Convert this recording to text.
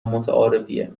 متعارفیه